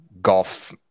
golf